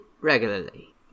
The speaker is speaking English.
regularly